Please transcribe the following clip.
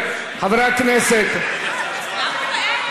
זו הדרך.